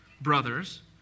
brothers